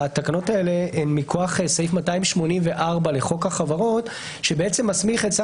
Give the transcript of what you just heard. התקנות האלה הן מכוח סעיף 284 לחוק החברות שמסמיך את שר